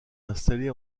installés